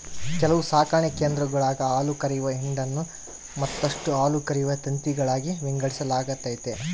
ಕೆಲವು ಸಾಕಣೆ ಕೇಂದ್ರಗುಳಾಗ ಹಾಲುಕರೆಯುವ ಹಿಂಡನ್ನು ಮತ್ತಷ್ಟು ಹಾಲುಕರೆಯುವ ತಂತಿಗಳಾಗಿ ವಿಂಗಡಿಸಲಾಗೆತೆ